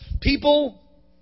people